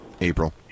April